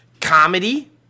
comedy